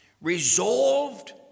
Resolved